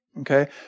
Okay